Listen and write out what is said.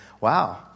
wow